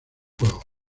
juegos